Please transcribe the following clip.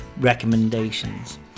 recommendations